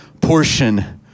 portion